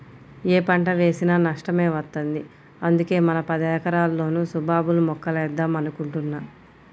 యే పంట వేసినా నష్టమే వత్తంది, అందుకే మన పదెకరాల్లోనూ సుబాబుల్ మొక్కలేద్దాం అనుకుంటున్నా